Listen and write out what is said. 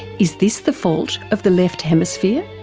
is this the fault of the left hemisphere?